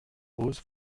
rose